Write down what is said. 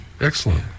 excellent